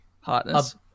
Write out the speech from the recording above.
Hotness